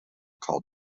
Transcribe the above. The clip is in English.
called